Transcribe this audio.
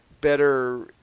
better